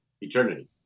eternity